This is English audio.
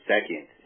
second